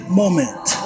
moment